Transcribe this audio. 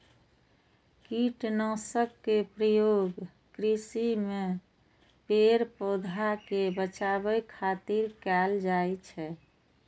कीटनाशक के प्रयोग कृषि मे पेड़, पौधा कें बचाबै खातिर कैल जाइ छै